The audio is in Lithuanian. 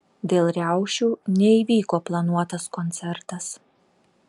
dėl riaušių neįvyko planuotas koncertas